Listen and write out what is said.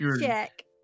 check